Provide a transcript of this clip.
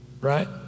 Right